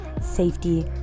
safety